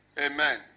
amen